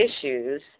issues